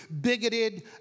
bigoted